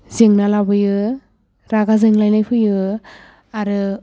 जेंना लाबोयो रागा जोंलायनाय फैयो आरो